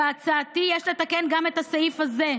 בהצעתי יש לתקן גם את הסעיף הזה.